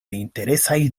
interesaj